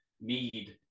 need